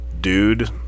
dude